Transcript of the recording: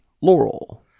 Laurel